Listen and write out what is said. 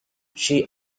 she